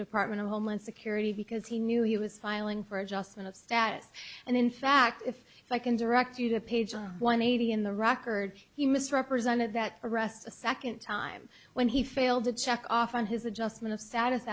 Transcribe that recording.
department of homeland security because he knew he was filing for adjustment of status and in fact if i can direct you to page one eighty in the rocker heard he misrepresented that arrest a second time when he failed to check off on his adjustment of status